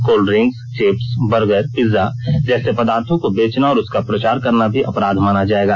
cold drinks chips burger pizza जैसे पदार्थो को बेचना और उसका प्रचार करना भी अपराध माना जायेगा